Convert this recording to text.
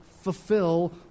fulfill